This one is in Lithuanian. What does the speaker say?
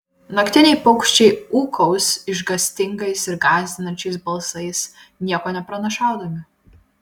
naktiniai paukščiai ūkaus išgąstingais ir gąsdinančiais balsais nieko nepranašaudami